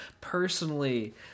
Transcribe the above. personally